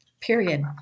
Period